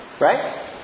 Right